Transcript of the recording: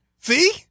See